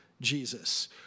Jesus